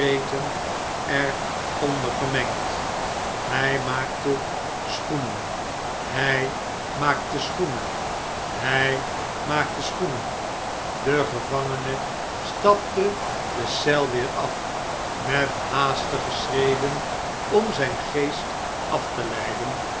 er onder vermengd hjj maakte schoenen hjj maakte schoenen b jj maakte schoenen de gevangene stapte de eel weer af met haastige schreden om zjjn geest af te leiden